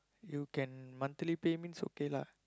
you can monthly pay means okay lah